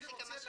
אני רוצה לדעת,